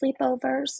sleepovers